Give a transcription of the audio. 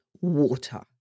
water